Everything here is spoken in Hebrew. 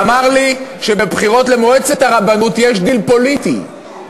אמר לי שבבחירות למועצת הרבנות יש דיל פוליטי,